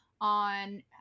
on